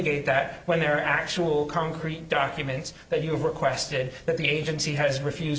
gate that when there are actual concrete documents that you requested that the agency has refused